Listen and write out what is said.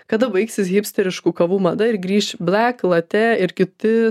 kada baigsis hipsteriškų kavų mada ir grįš blek latė ir kiti